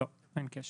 לא, אין קשר.